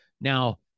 Now